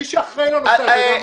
מי שאחראי לנושא הזה המועצה.